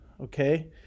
Okay